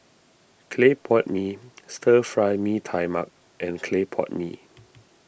Clay Pot Mee Stir Fry Mee Tai Mak and Clay Pot Mee